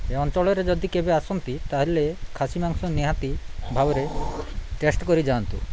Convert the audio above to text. ଏ ଅଞ୍ଚଳରେ ଯଦି କେବେ ଆସନ୍ତି ତା'ହେଲେ ଖାସି ମାଂସ ନିହାତି ଭାବରେ ଟେଷ୍ଟ କରିଯାଆନ୍ତୁ